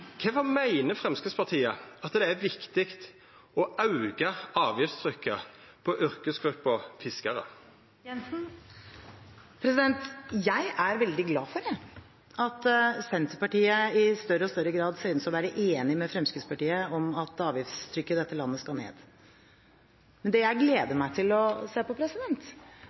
meiner Framstegspartiet at det er viktig å auka avgiftstrykket på yrkesgruppa fiskarar? Jeg er veldig glad for at Senterpartiet i større og større grad synes å være enig med Fremskrittspartiet i at avgiftstrykket i dette landet skal ned. Men det jeg gleder meg til å se på,